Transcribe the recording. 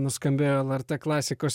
nuskambėjo lrt klasikos